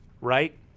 right